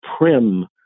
prim